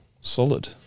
solid